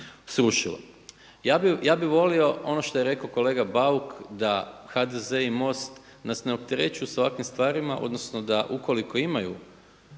Ja bih volio ono što je rekao kolega Bauk da HDZ-e i Most nas ne opterećuju sa ovakvim stvarima odnosno da ukoliko imaju